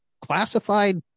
classified